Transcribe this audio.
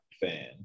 fan